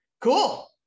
cool